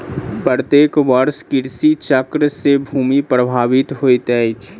प्रत्येक वर्ष कृषि चक्र से भूमि प्रभावित होइत अछि